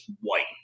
white